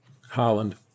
Holland